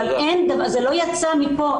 אבל זה לא יצא מפה,